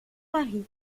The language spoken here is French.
marie